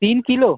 तीन किलो